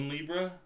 Libra